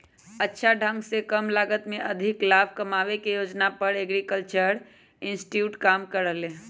अच्छा ढंग से कम लागत में अधिक लाभ कमावे के योजना पर एग्रीकल्चरल इंस्टीट्यूट काम कर रहले है